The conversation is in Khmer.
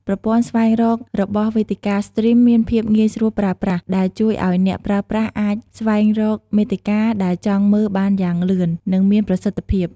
ប្រព័ន្ធស្វែងរករបស់វេទិកាស្ទ្រីមមានភាពងាយស្រួលប្រើប្រាស់ ដែលជួយឲ្យអ្នកប្រើប្រាស់អាចស្វែងរកមាតិកាដែលចង់មើលបានយ៉ាងលឿន និងមានប្រសិទ្ធភាព។